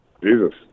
Jesus